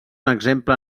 exemple